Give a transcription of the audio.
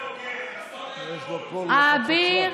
אביר.